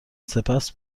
سپس